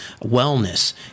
wellness